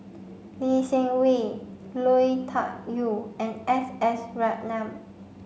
Lee Seng Wee Lui Tuck Yew and S S Ratnam